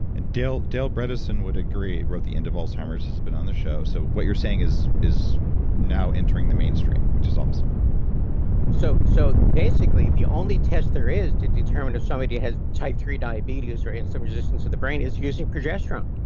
and dale dale bredesen would agree. he wrote the end of alzheimer's, has been on the show. so what you're saying is is now entering the mainstream, which is awesome so so basically the only test there is to determine if somebody has type three diabetes or insulin resistance of the brain is using progesterone.